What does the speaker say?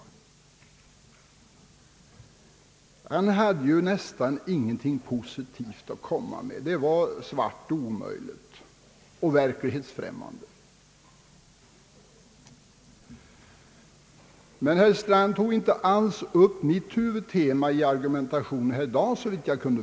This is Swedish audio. Han hade ju nästan inte något positivt att komma med; allt var svart, omöjligt och verklighetsfrämmande. Herr Strand tog emellertid, så vitt jag kunde förstå, inte alls upp mitt huvudtema i argumentationen här i dag.